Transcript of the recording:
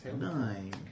Nine